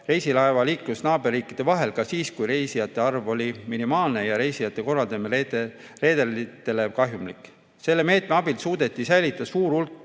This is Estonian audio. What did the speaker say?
reisilaevaliikluse naaberriikide vahel ka siis, kui reisijate arv oli minimaalne ja reiside korraldamine reederitele kahjumlik. Selle meetme abil suudeti säilitada suur